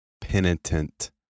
penitent